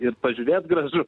ir pažiūrėt gražu